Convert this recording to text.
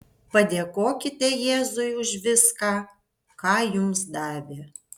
padėkokite jėzui už viską ką jums davė